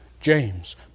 James